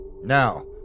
Now